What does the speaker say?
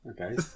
Okay